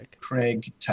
Craig